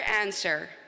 answer